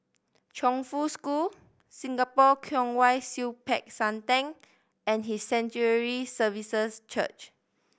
Chongfu School Singapore Kwong Wai Siew Peck San Theng and His Sanctuary Services Church